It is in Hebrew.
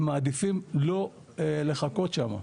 הם מעדיפים לא לחכות שם,